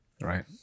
right